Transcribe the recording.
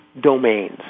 domains